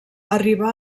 arribà